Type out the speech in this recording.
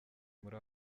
muri